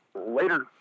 Later